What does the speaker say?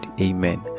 amen